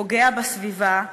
פוגע בסביבה,